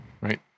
right